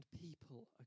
people